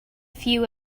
few